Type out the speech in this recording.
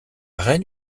reine